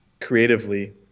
creatively